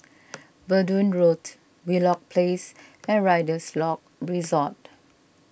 Verdun Road Wheelock Place and Rider's Lodge Resort